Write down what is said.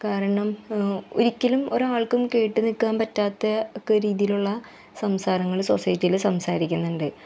കാരണം ഒരിക്കലും ഒരാൾക്കും കേട്ട് നിൽക്കാൻ പറ്റാത്ത ഒക്കെ രീതിയിലുള്ള സംസാരങ്ങൾ സൊസൈറ്റിയിൽ സംസാരിക്കുന്നുണ്ട്